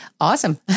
awesome